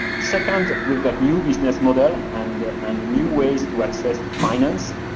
second, we've got new business models, and and new ways to access to finance.